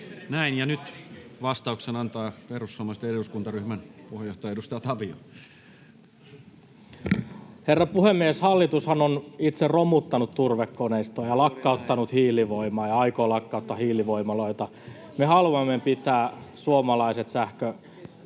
Näin. — Ja nyt vastauksen antaa perussuomalaisten eduskuntaryhmän puheenjohtaja, edustaja Tavio. Herra puhemies! Hallitushan on itse romuttanut turvekoneiston ja lakkauttanut hiilivoimaa ja aikoo lakkauttaa hiilivoimaloita. Me haluamme pitää suomalaiset sähköt